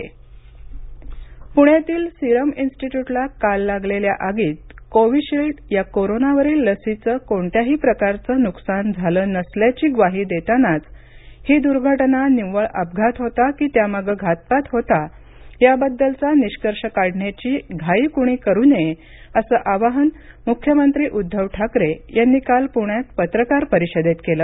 मख्यमंत्री पत्रकार परिषद प्रण्यातील सिरम इन्स्टिट्यूटला काल लागलेल्या आगीत कोविशील्ड या कोरोनावरील लसीचे कोणत्याही प्रकारचं नुकसान झालं नसल्याची ग्वाही देतानाच ही दुर्घटना निव्वळ अपघात होता की त्यामागे घातपात होता याबद्दलचा निष्कर्ष काढण्याची घाई कुणी करू नये असं आवाहन मुख्यमंत्री उद्दव ठाकरे यांनी काल पुण्यात पत्रकार परिषदेत केलं